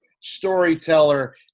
storyteller